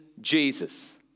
Jesus